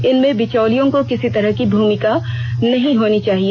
इसमें बिचौलियों की किसी तरह की भूमिका नहीं होनी चाहिए